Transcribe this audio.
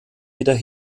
wieder